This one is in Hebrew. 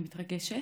אני מתרגשת.